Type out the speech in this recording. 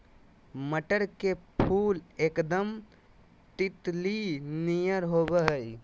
मटर के फुल एकदम तितली नियर होबा हइ